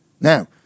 Now